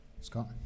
Scott